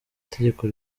tegeko